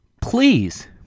please